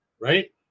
right